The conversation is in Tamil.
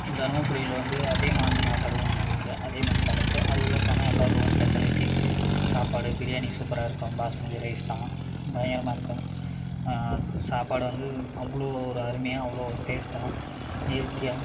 தருமபுரியில் வந்து அதியமான் ஹோட்டல்னு ஒன்று இருக்குது அதியமான் பேலஸ்சு அது உள்ளே போனால் எல்லா ரூம் ஃபெசிலிட்டி சாப்பாடு பிரியாணி சூப்பராயிருக்கும் பாஸ்மதி ரைஸ் தான் பயங்கரமாயிருக்கும் சாப்பாடு வந்து அவ்வளோ ஒரு அருமையாக அவ்வளோ ஒரு டேஸ்ட்டாக ஹெல்த்தியாக